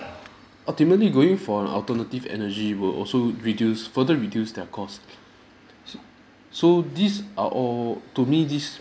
ultimately going for an alternative energy will also reduce further reduce their cost s~ so these are all to me this